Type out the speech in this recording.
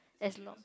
as long